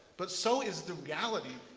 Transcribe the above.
but so is the reality